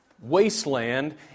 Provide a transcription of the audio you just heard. wasteland